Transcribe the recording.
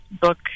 book